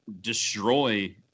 destroy